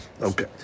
Okay